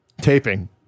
Taping